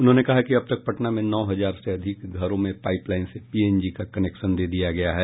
उन्होंने कहा कि अब तक पटना में नौ हजार से अधिक घरों में पाईपलाईन से पीएनजी का कनेक्शन दे दिया गया है